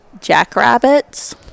jackrabbits